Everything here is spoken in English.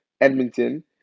Edmonton